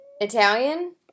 Italian